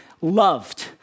loved